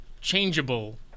changeable